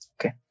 Okay